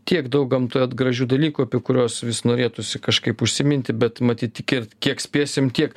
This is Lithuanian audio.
kiek daug gamtoje vat gražių dalykų apie kuriuos vis norėtųsi kažkaip užsiminti bet matyt tik ir kiek spėsim tiek